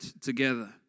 together